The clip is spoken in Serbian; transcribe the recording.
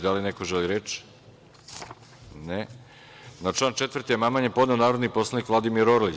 Da li neko želi reč? (Ne.) Na član 4. amandman je podneo narodni poslanik Vladimir Orlić.